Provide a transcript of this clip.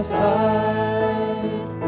side